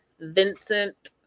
Vincent